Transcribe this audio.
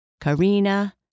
Karina